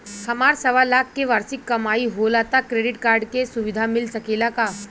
हमार सवालाख के वार्षिक कमाई होला त क्रेडिट कार्ड के सुविधा मिल सकेला का?